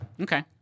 Okay